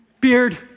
beard